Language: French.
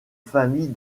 famille